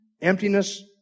emptiness